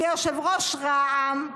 כיושב-ראש רע"מ,